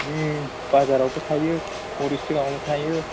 बाजारावबो थायो हरै सिगाङावबो थायो